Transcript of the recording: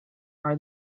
are